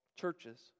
churches